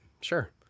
Sure